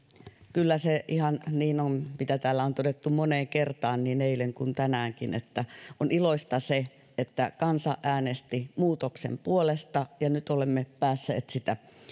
kyllä se ihan niin on mitä täällä on todettu moneen kertaan niin eilen kuin tänäänkin että on iloista se että kansa äänesti muutoksen puolesta ja nyt olemme päässeet sitä